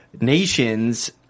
nations